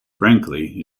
frankly